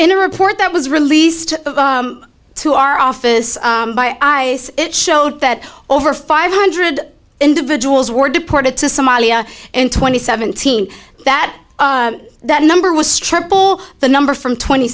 in a report that was released to our office by ice it showed that over five hundred individuals were deported to somalia and twenty seventeen that that number was triple the number from twenty